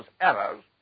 errors